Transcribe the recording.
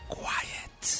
quiet